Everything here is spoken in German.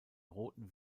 roten